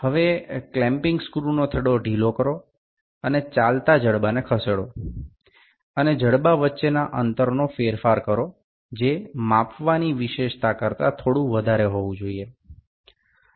હવે ક્લેમ્પીંગ સ્ક્રૂને થોડો ઢીલો કરો અને ચાલતાં જડબાને ખસેડો અને જડબા વચ્ચેના અંતરનો ફેરફાર કરો જે માપવાની વિશેષતા કરતા થોડું વધારે હોવું જોઈએ